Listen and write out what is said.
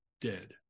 dead